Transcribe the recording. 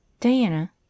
diana